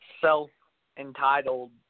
self-entitled